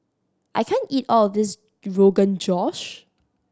I can't eat all of this Rogan Josh